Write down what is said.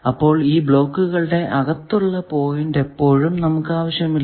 അപ്പോൾ ഈ ബ്ലോക്കുകളുടെ അകത്തുള്ള പോയിന്റ് എപ്പോഴും ആവശ്യമില്ല